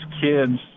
kids